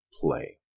play